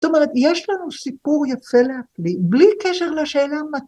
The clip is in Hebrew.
‫זאת אומרת, יש לנו סיפור יפה להפליא, ‫בלי קשר לשאלה מה...